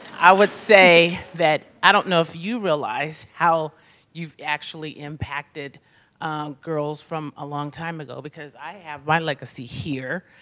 i would say, that i don't know if you realize how you've actually impacted girls from a long time ago because i have my legacy here.